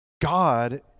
God